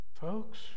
folks